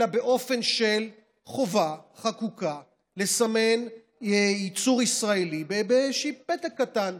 אלא באופן של חובה חקוקה לסמן ייצור ישראלי באיזשהו פתק קטן,